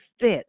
fit